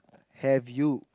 have you